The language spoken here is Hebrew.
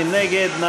מי נגד?